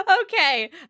okay